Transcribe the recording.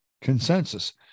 consensus